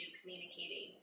communicating